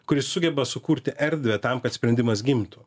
kuris sugeba sukurti erdvę tam kad sprendimas gimtų